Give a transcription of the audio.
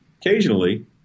Occasionally